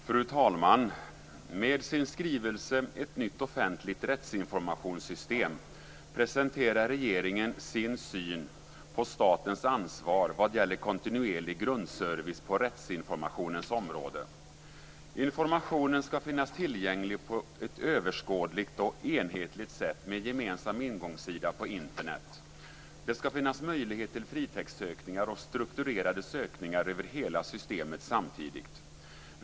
Fru talman! Med sin skrivelse Ett nytt offentligt rättsinformationssystem presenterar regeringen sin syn på statens ansvar vad gäller kontinuerlig grundservice på rättsinformationens område. Informationen skall finnas tillgänglig på ett överskådligt och enhetligt sätt med gemensam ingångssida på Internet. Det skall finnas möjlighet till fritextsökningar och strukturerade sökningar över hela systemet samtidigt.